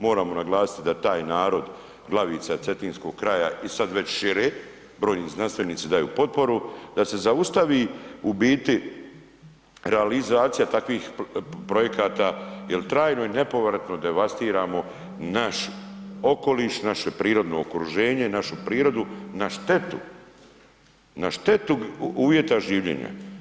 Moramo naglasiti da taj narod Glavica, cetinskog kraja i sad već šire, brojni znanstvenici daju potporu, da se zaustavi u biti realizacija takvih projekata jer trajno i nepovratno devastiramo naš okoliš, naše prirodno okruženje, našu prirodu na štetu uvjeta življenja.